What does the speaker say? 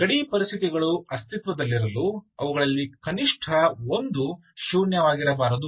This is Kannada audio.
ಗಡಿ ಪರಿಸ್ಥಿತಿಗಳು ಅಸ್ತಿತ್ವದಲ್ಲಿರಲು ಅವುಗಳಲ್ಲಿ ಕನಿಷ್ಠ ಒಂದು ಶೂನ್ಯವಾಗಿರಬಾರದು